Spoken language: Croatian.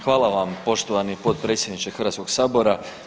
Hvala vam poštovani potpredsjedniče Hrvatskog sabora.